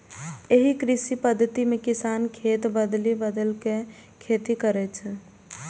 एहि कृषि पद्धति मे किसान खेत बदलि बदलि के खेती करै छै